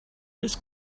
his